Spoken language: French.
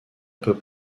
peu